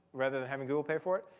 rather than having google pay for it,